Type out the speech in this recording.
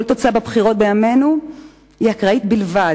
כל תוצאה בבחירות בימינו אקראית בלבד,